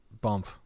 bump